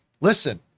Listen